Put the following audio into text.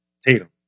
Tatum